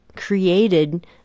Created